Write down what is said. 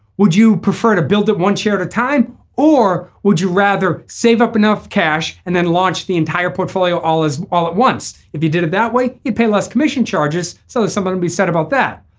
would you prefer to build that one share at a time or would you rather save up enough cash and then launch the entire portfolio all is all at once. if you did it that way you pay less commission charges so that's something to be said about that.